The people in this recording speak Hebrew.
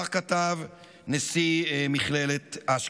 כך כתב נשיא מכללת אשקלון.